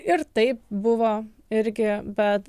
ir taip buvo irgi bet